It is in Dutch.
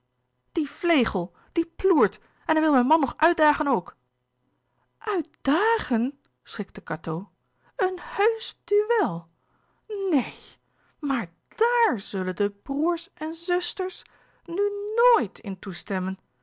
die vlegel die ploert en hij wil mijn man nog uitdagen ook uitdàgen schrikte cateau een heùsch duel neen maar daàr zullen de broêrs en zùsters nu n o o i t in toestemmen